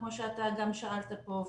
כמו שאתה גם שאלת פה,